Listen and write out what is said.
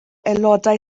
aelodau